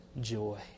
joy